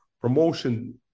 promotion